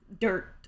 dirt